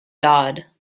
dodd